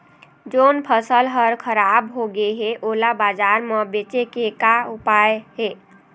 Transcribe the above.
जोन फसल हर खराब हो गे हे, ओला बाजार म बेचे के का ऊपाय हे?